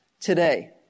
today